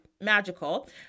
magical